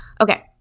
Okay